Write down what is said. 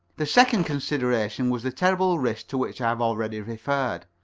the second consideration was the terrible risk to which i have already referred.